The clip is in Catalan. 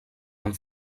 amb